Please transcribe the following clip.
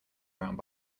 ground